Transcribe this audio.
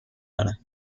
دارد